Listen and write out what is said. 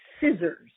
scissors